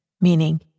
meaning